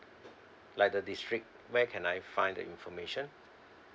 like the district where can I find the information